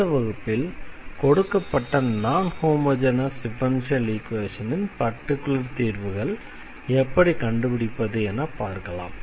அடுத்த வகுப்பில் கொடுக்கப்பட்ட நான் ஹோமொஜெனஸ் டிஃபரன்ஷியல் ஈக்வேஷனின் பர்டிகுலர் தீர்வை எப்படி கண்டுபிடிப்பது என பார்க்கலாம்